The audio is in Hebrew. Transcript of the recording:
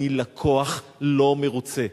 אני לקוח לא מרוצה.